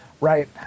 Right